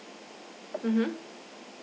mmhmm